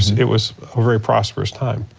it was a very prosperous time,